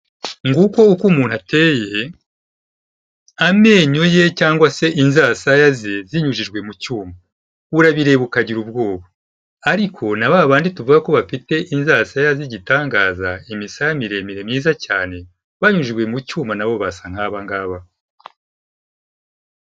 Nguko uko umuntu ateye, amenyo ye cyangwa se inzarasaya ze zinyujijwe mucyuma urabireba ukagira ubwoba ariko nababandi tuvuga ko bafite inzarasaya z'igitangaza imisamiremire myiza cyane banyujijwe mucyuma nabo basa nkababanga.